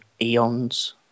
eons